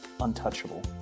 untouchable